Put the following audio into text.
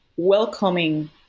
welcoming